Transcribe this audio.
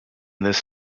this